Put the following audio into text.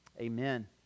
Amen